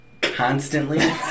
constantly